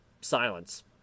silence